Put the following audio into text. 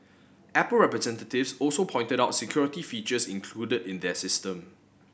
apple representatives also pointed out security features included in their system